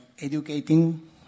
educating